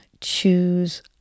choose